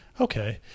Okay